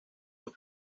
los